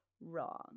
wrong